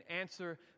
answer